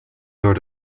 door